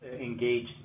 engaged